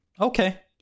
okay